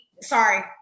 Sorry